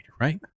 right